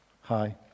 Hi